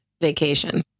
vacation